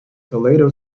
toledo